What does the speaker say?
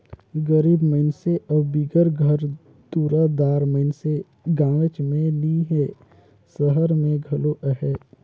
गरीब मइनसे अउ बिगर घर दुरा दार मइनसे गाँवेच में नी हें, सहर में घलो अहें